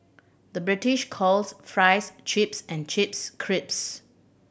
the British calls fries chips and chips crisps